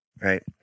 Right